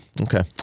Okay